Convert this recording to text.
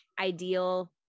ideal